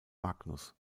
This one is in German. magnus